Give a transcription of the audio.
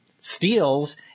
steals